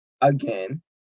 Again